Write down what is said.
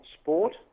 sport